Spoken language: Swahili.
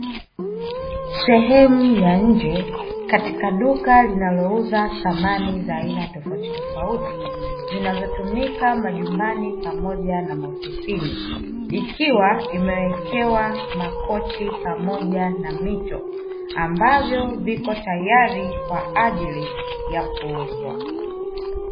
Sehemu ya nje katika duka linalouza samani za aina tofautitofauti, zinazotumika majumbani pamoja na maofisini, ikiwa imewekewa makochi pamoja na mito, ambavyo viko tayari kwa ajili ya kuuzwa.